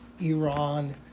Iran